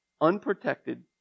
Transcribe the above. Unprotected